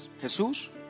Jesús